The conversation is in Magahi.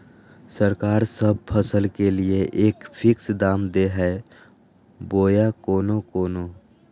सरकार सब फसल के लिए एक फिक्स दाम दे है बोया कोनो कोनो?